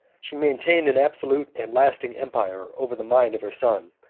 she maintained an absolute and lasting empire over the mind of her son,